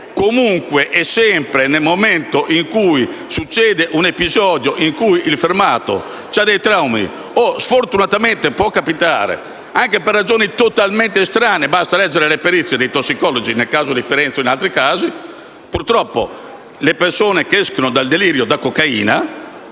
comunque e sempre, nel momento in cui succede un episodio in cui il fermato ha traumi o sfortunatamente, come può capitare, anche per ragioni totalmente estranee (basta leggere le perizie dei tossicologi nel caso di Firenze o in altri casi, purtroppo, di persone che escono dal delirio da cocaina